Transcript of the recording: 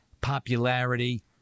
popularity